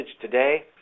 today